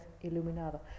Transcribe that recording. iluminado